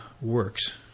works